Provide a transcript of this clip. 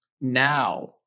now